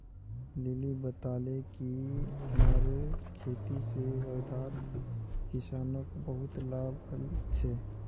lily बताले कि अनारेर खेती से वर्धार किसानोंक बहुत लाभ हल छे